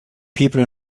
people